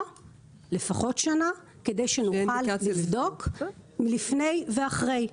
לפחות שנה כדי שנוכל לבדוק לפני ואחרי.